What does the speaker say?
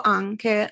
anche